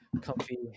comfy